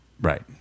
Right